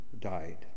died